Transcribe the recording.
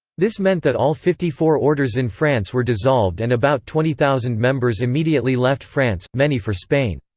this meant that all fifty-four orders in france were dissolved and about twenty thousand members immediately left france, many for spain.